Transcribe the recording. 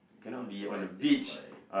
he's not in the right state of mind